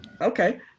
Okay